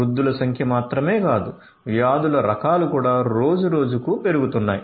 వ్యాధుల సంఖ్య మాత్రమే కాదు వ్యాధుల రకాలు కూడా రోజు రోజుకు పెరుగుతున్నాయి